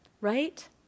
Right